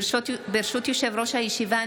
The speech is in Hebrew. ברשות יושב-ראש הישיבה,